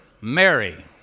Mary